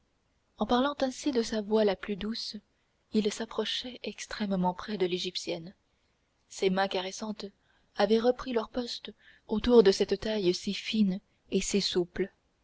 en parlant ainsi de sa voix la plus douce il s'approchait extrêmement près de l'égyptienne ses mains caressantes avaient repris leur poste autour de cette taille si fine et si souple